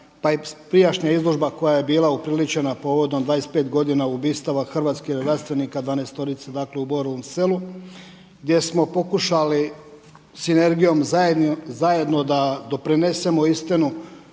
prijašnja izložba koja je bila upriličena povodom 25 godina ubistava hrvatskih redarstvenika, 12-orice dakle u Borovom Selu, gdje smo pokušali sinergijom zajedno da doprinesemo istinu